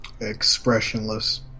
expressionless